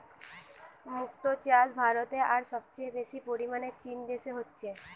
মুক্তো চাষ ভারতে আর সবচেয়ে বেশি পরিমাণে চীন দেশে হচ্ছে